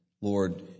Lord